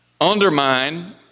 undermine